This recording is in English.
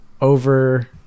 over